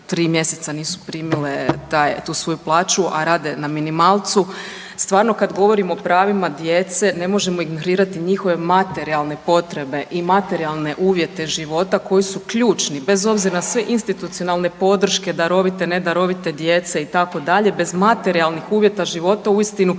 mjeseca nisu primile tu svoju plaću, a rade na minimalcu. Stvarno kad govorimo o pravima djece ne možemo ignorirati njihove materijalne potrebe i materijalne uvjete života koji su ključni bez obzira na sve institucionalne podrške darovite, ne darovite djece itd. bez materijalnih uvjeta života uistinu